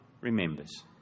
remembers